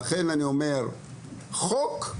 לכן אני אומר: דבר ראשון, חוק.